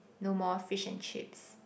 no more fish and chips